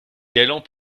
galant